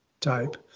Type